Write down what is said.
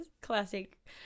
classic